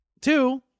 Two